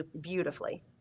beautifully